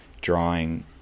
drawing